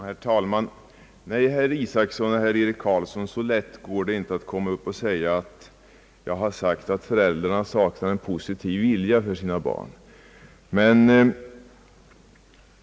Herr talman! Nej, herr Isacson och herr Carlsson, så lätt går det inte att här komma upp och säga att jag har påstått att föräldrarna skulle sakna en positiv vilja när det gäller att lösa dessa problem.